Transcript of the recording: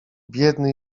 biedny